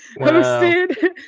hosted